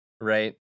right